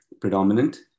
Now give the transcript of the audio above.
predominant